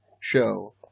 show